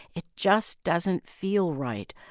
it just doesn't feel right.